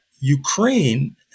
Ukraine